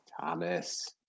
Thomas